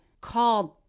called